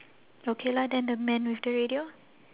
okay lah then the man with the radio